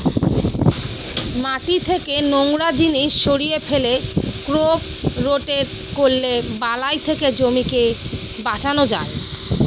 মাটি থেকে নোংরা জিনিস সরিয়ে ফেলে, ক্রপ রোটেট করলে বালাই থেকে জমিকে বাঁচানো যায়